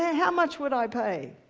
how much would i pay?